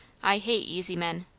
i hate easy men!